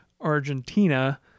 Argentina